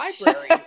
library